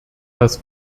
das